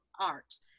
arts